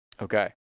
Okay